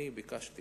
אני ביקשתי